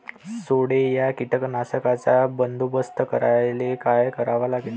सोंडे या कीटकांचा बंदोबस्त करायले का करावं लागीन?